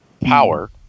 power